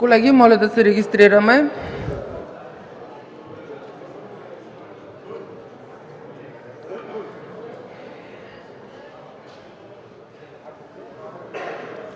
Колеги, моля да се регистрирате